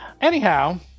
Anyhow